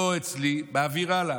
לא אצלי, מעביר הלאה.